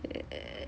eh